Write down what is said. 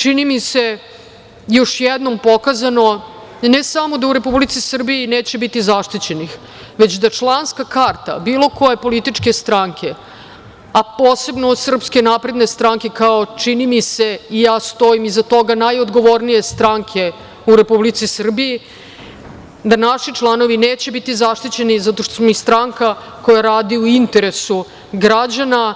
Čini mi se još jednom je pokazano ne samo da u Republici Srbiji neće biti zaštićenih, već da članska karta bilo koje političke stranke, a posebno SNS kao, čini mi se, i ja stojim iza toga, najodgovornije stranke u Republici Srbiji, da naši članovi neće biti zaštićeni zato što smo mi stranka koja radi u interesu građana